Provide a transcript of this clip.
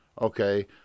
Okay